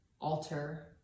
alter